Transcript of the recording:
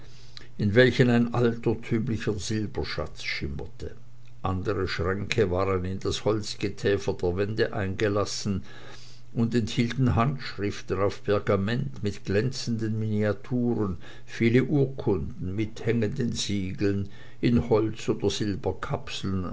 in welchen ein altertümlicher silberschatz schimmerte andere schränke waren in das holzgetäfer der wände eingelassen und enthielten handschriften auf pergament mit glänzenden miniaturen viele urkunden mit hängenden siegeln in holz oder